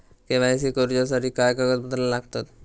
KYC करूच्यासाठी काय कागदपत्रा लागतत?